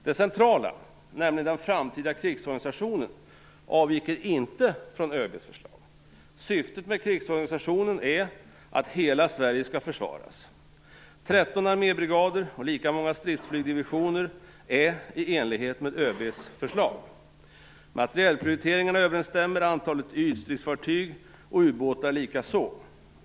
Det centrala - nämligen den framtida krigsorganisationen - avviker inte från ÖB:s förslag. Syftet med krigsorganisationen är att hela Sverige skall försvaras. 13 armébrigader och lika många stridsflygsdivisioner är i enlighet med ÖB:s förslag. Materielprioriteringarna överensstämmer, antalet ytstridsfartyg och ubåtar likaså.